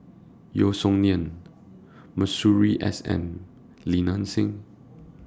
Yeo Song Nian Masuri S N and Li Nanxing